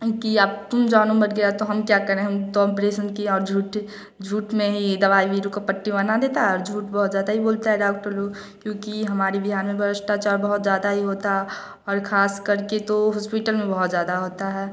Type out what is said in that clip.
कि अब तुम जानो मर गया तो हम क्या करें हम तो ऑपरेशन किए और झूठ झूठ में ही दवाई बिरों का पट्टी बना देता और झूठ बहुत ज़्यादा ही बोलता है डॉक्टर लोग क्योंकि हमारे बिहार में भ्रष्टाचार बहुत ज़्यादा ही होता और खासकर तो हॉस्पिटल में बहुत ज़्यादा होता है